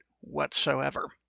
whatsoever